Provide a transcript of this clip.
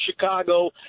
Chicago